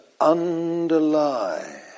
underlie